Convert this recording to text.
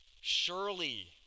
Surely